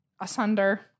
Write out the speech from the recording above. Asunder